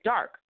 Dark